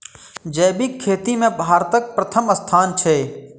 जैबिक खेती मे भारतक परथम स्थान छै